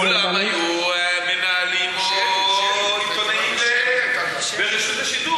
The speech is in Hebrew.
כולם היו מנהלים או עיתונאים ברשות השידור